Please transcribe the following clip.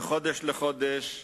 מחודש לחודש,